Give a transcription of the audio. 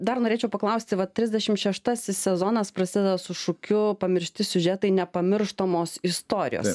dar norėčiau paklausti va trisdešimt šeštasis sezonas prasideda su šūkiu pamiršti siužetai nepamirštamos istorijos